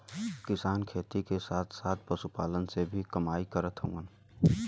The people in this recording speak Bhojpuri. किसान खेती के साथ साथ पशुपालन से भी कमाई करत हउवन